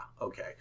okay